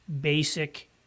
basic